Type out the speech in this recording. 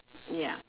ya